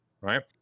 right